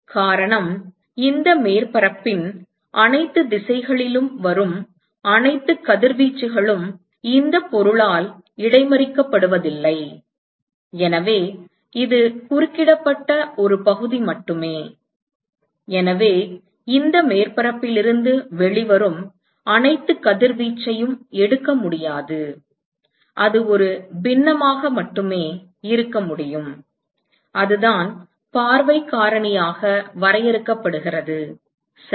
காரணம் இந்த மேற்பரப்பின் அனைத்து திசைகளிலும் வரும் அனைத்து கதிர்வீச்சுகளும் இந்த பொருளால் இடைமறிக்கப்படுவதில்லை எனவே இது குறுக்கிடப்பட்ட ஒரு பகுதி மட்டுமே எனவே இந்த மேற்பரப்பில் இருந்து வெளிவரும் அனைத்து கதிர்வீச்சையும் எடுக்க முடியாது அது ஒரு பின்னமாக மட்டுமே இருக்க முடியும் அதுதான் பார்வைக் காரணியாக வரையறுக்கப்படுகிறது சரி